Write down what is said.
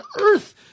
earth